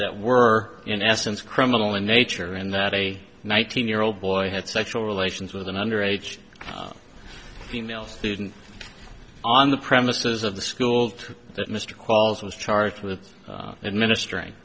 that were in essence criminal in nature and that a nineteen year old boy had sexual relations with an under age female student on the premises of the school that mr qualls was charged with administering